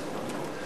נתקבלה.